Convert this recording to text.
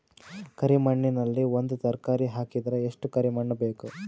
ಕರಿ ಮಣ್ಣಿನಲ್ಲಿ ಒಂದ ತರಕಾರಿ ಹಾಕಿದರ ಎಷ್ಟ ಕರಿ ಮಣ್ಣು ಬೇಕು?